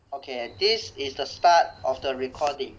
okay this is the start of the recording